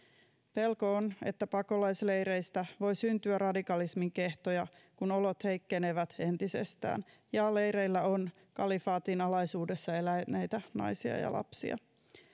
pelko on että pakolaisleireistä voi syntyä radikalismin kehtoja kun olot heikkenevät entisestään ja leireillä on kalifaatin alaisuudessa eläneitä naisia ja lapsia myös